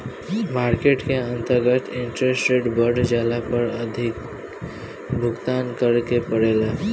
market के अंतर्गत interest rate बढ़ जाला पर अधिक भुगतान करे के पड़ेला